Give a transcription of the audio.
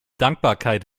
dankbarkeit